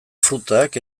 frutak